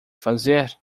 fazer